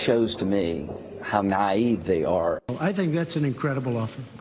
shows to me how naive they are. i think that's an incredible offer.